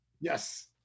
yes